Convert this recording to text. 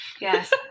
Yes